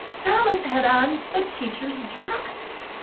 thomas had on the teacher's dress!